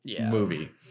movie